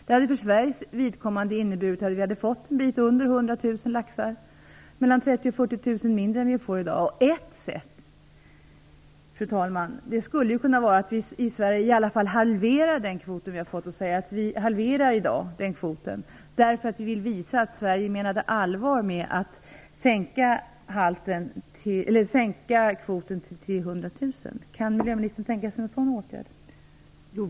Det hade för Sveriges vidkommande inneburit att vi hade fått en bit under 100 000 laxar, dvs. 30 000-40 000 färre än vad vi får i dag. Fru talman! Ett sätt skulle kunna vara att vi i Sverige halverar den kvot vi har fått därför att vi vill visa att Sverige menar allvar med att minska kvoten till 300 000. Kan miljöministern tänka sig en sådan åtgärd?